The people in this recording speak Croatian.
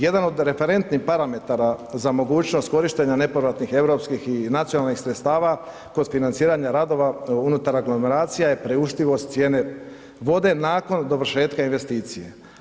Jedan od referentnih parametara za mogućnost korištenja nepovratnih europskih i nacionalnih sredstava kroz financiranje radova unutar aglomeracija je priuštivost cijene vode nakon dovršetka investicije.